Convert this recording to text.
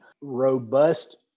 robust